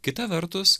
kita vertus